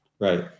Right